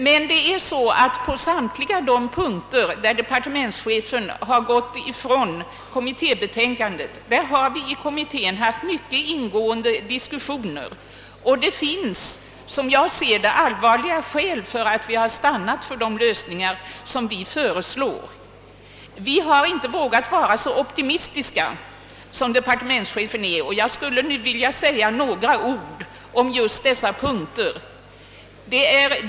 Men på samtliga de punkter där departementschefen har gått ifrån kommittébetänkandet har vi i kommittén haft mycket ingående diskussioner. Det finns, som jag ser det, allvarliga skäl för att vi har stannat för de lösningar som kommittén föreslagit. Vi har inte vågat vara så optimistiska som departementschefen är. Jag skulle nu vilja säga några ord om just dessa punkter.